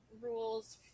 rules